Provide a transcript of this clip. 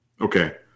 Okay